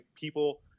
people